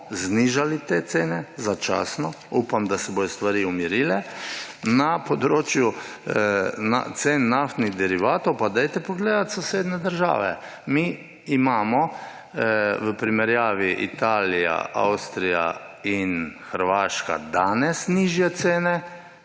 znižali te cene začasno. Upam, da se bodo stvari umirile. Na področju cen naftnih derivatov pa poglejte sosednje države – mi imamo v primerjavi z Italijo, Avstrijo in Hrvaško danes nižje cene,